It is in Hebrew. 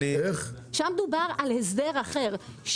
שם דובר על הסדר אחר.